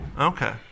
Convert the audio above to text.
Okay